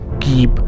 keep